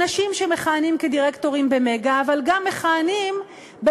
אנשים שמכהנים כדירקטורים ב"מגה" אבל מכהנים גם